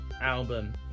album